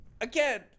Again